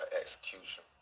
Execution